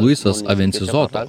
luisas avencizuota